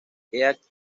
heath